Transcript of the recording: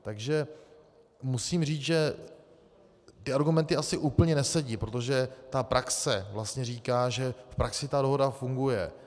Takže musím říct, že ty argumenty asi úplně nesedí, protože praxe vlastně říká, že v praxi ta dohoda funguje.